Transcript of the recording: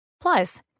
plus